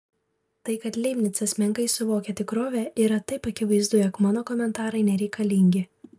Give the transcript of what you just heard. tai kad leibnicas menkai suvokia tikrovę yra taip akivaizdu jog mano komentarai nereikalingi